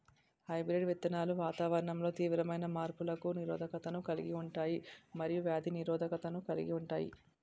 hybrid విత్తనాలు వాతావరణంలో తీవ్రమైన మార్పులకు నిరోధకతను కలిగి ఉంటాయి మరియు వ్యాధి నిరోధకతను కలిగి ఉంటాయి